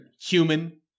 human